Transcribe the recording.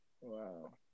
Wow